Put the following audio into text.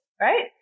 right